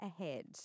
ahead